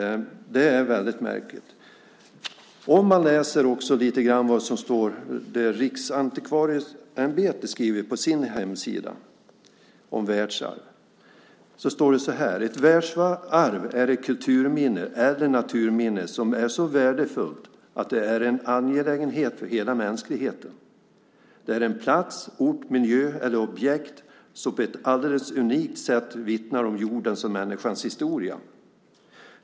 Det är väldigt märkligt. Man kan läsa vad Riksantikvarieämbetet skriver på sin hemsida om världsarv. Det står: Ett världsarv är ett kulturminne eller naturminne som är så värdefullt att det är en angelägenhet för hela mänskligheten. Det är en plats, ort, miljö eller objekt som på ett alldeles unikt sätt vittnar om jordens och människans historia.